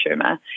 tumour